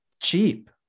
cheap